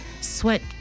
Sweat